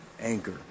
Anchor